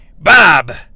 Bob